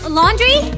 laundry